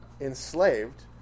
enslaved